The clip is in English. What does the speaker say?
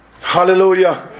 Hallelujah